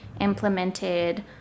implemented